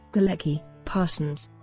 galecki, parsons,